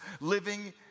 living